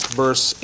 verse